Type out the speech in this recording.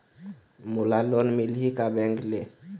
मोला लोन मिलही का बैंक ले?